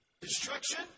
Destruction